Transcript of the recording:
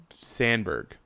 Sandberg